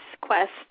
quest